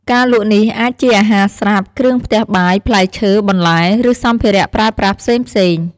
ការលក់នេះអាចជាអាហារស្រាប់ គ្រឿងផ្ទះបាយ ផ្លែឈើ បន្លែ ឬសម្ភារៈប្រើប្រាស់ផ្សេងៗ។